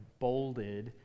bolded